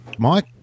Mike